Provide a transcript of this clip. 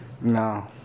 No